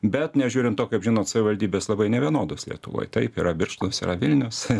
bet nežiūrint to kaip žinot savivaldybės labai nevienodos lietuvoj taip yra birštonas yra vilnius